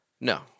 No